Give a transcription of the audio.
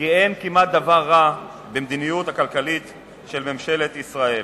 כי אין כמעט דבר רע במדיניות הכלכלית של ממשלת ישראל.